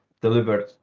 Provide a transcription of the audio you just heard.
delivered